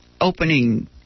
opening